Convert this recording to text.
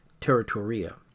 Territoria